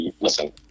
listen